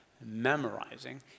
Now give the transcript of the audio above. memorizing